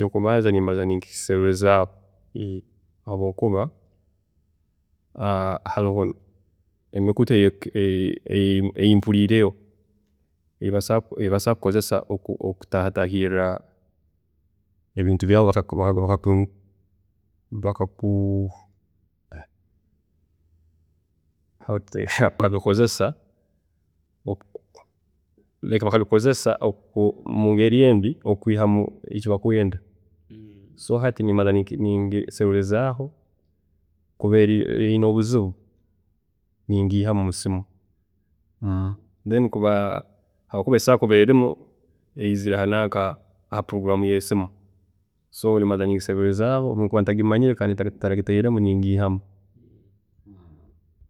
﻿Ekyokubanza nimbaanza ninkiserurriirizaho, habwokuba haroho emikutu eyimpuriireho eyibasobola kukozesa kutaahatahirra ebintu byawe bakaku, bakaku how do they call it? Like bakabikozesa mungeri embi okwihamu eki bakwenda. So hati nimbanza nimbiseruriirizaho kuba eyine obuzibu ningihamu musimu then kakuba esobola kuba eyizire ha puroguramu yesimu, kakuba mba ntagimanyire kandi ntagitiiremu ningiihamu.